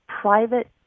private